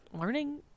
learning